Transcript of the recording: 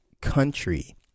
country